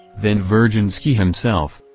then virginsky himself,